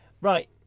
Right